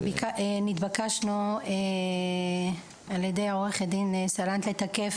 נתבקשתי על ידי עורכת דין סלנט לתקף